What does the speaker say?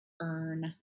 earn